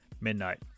midnight